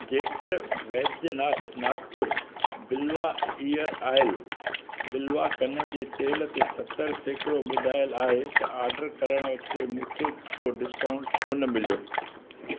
जेकर Baidyanath Nagpur Bilwa ear oil Bilwa कननि जे तेल ते सतरि सैकड़ो ॿुधायल आहे त ऑडर करण ते मूंखे को डिस्काउंट छो न मिलियो